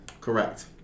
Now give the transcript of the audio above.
Correct